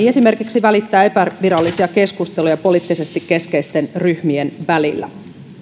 esimerkiksi välittää epävirallisia keskusteluja poliittisesti keskeisten ryhmien välillä